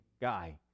guy